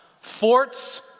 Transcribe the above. Forts